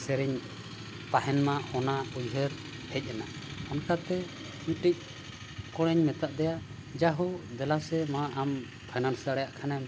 ᱥᱮᱨᱮᱧ ᱛᱟᱦᱮᱱᱢᱟ ᱚᱱᱟ ᱩᱭᱦᱟᱹᱨ ᱦᱮᱡᱱᱟ ᱚᱱᱠᱟᱛᱮ ᱢᱤᱫᱴᱤᱡ ᱠᱚᱲᱟᱧ ᱢᱮᱛᱟ ᱫᱮᱭᱟ ᱡᱟᱦᱳ ᱫᱮᱞᱟ ᱥᱮ ᱟᱢ ᱯᱷᱟᱭᱱᱟᱱᱥ ᱫᱟᱲᱮᱭᱟᱜ ᱠᱷᱟᱱᱮᱢ